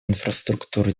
инфраструктуры